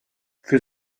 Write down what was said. für